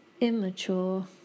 Immature